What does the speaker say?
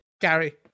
Gary